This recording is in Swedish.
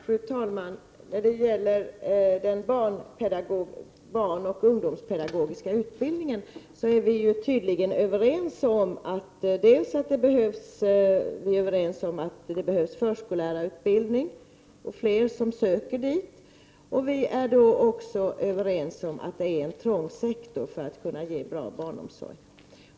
Fru talman! När det gäller den barnoch ungdomspedagogiska utbildningen är vi tydligen överens dels om att det behövs förskollärarutbildning och fler som söker dit, dels om att det är en trång sektor när det gäller att ge bra barnomsorg.